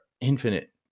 infinite